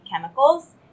chemicals